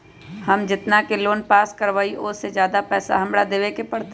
हम जितना के लोन पास कर बाबई ओ से ज्यादा पैसा हमरा देवे के पड़तई?